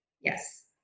Yes